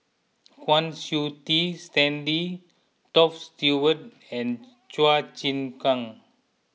Kwa Siew Tee Stanley Toft Stewart and Chua Chim Kang